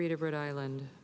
read of rhode island